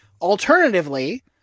Alternatively